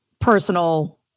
personal